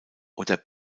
oder